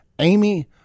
Amy